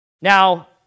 Now